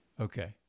Okay